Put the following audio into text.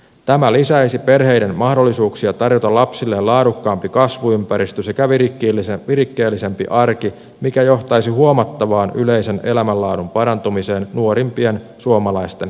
tämä lisäisi perheiden mahdollisuuksia tarjota lapsilleen laadukkaampi kasvuympäristö sekä virikkeellisempi arki mikä johtaisi huomattavaan yleisen elämänlaadun parantumiseen nuorimpien suomalaisten keskuudessa